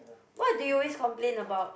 what do you always complain about